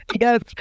yes